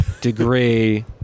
degree